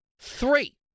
three